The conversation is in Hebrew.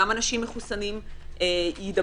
גם אנשים מחוסנים יידבקו,